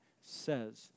says